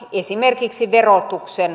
esimerkiksi verotuksen